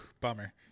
Bummer